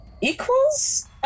equals